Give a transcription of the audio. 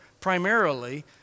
primarily